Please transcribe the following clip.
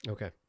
Okay